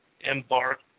embark